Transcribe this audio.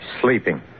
sleeping